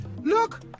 Look